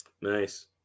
nice